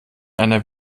einer